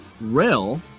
rail